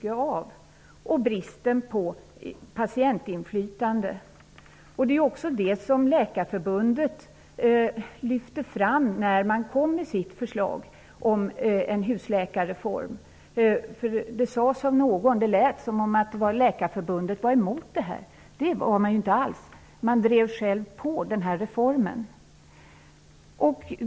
Kritik har även riktats mot bristen på patientinflytande. Allt detta lyfte Läkarförbundet fram i sitt förslag om en husläkarreform. Det lät på någon här som om Läkarförbundet var emot reformen. Så var inte alls förhållandet. Läkarförbundet drev självt på reformen.